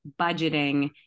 budgeting